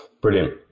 Brilliant